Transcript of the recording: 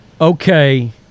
okay